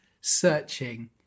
searching